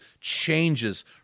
changes